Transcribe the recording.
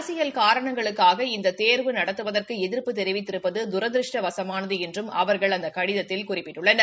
அரசியல் காரணங்களுக்காக இந்த தேர்வு நடத்துவதற்கு எதிர்ப்பு தெரிவித்திருப்பது தரதிருஷ்டவசமானது என்றும் அவர்கள் அந்த கடிதத்தில் குறிப்பிட்டுள்ளனர்